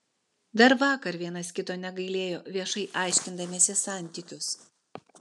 dar vakar vienas kito negailėjo viešai aiškindamiesi santykius